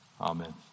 Amen